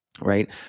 right